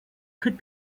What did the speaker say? could